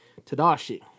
Tadashi